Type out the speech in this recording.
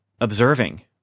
observing